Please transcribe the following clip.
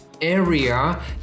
area